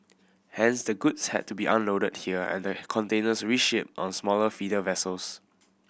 hence the goods had to be unloaded here and the containers reshipped on smaller feeder vessels